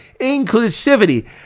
inclusivity